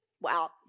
wow